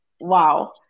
wow